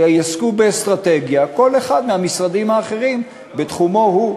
שיעסקו באסטרטגיה כל אחד מהמשרדים האחרים בתחומו שלו.